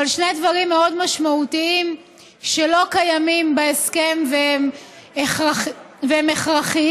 אבל שני דברים מאוד משמעותיים שלא קיימים בהסכם והם הכרחיים: